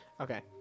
Okay